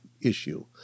issue